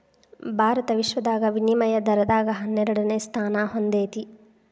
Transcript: ಭಾರತ ವಿಶ್ವದಾಗ ವಿನಿಮಯ ದರದಾಗ ಹನ್ನೆರಡನೆ ಸ್ಥಾನಾ ಹೊಂದೇತಿ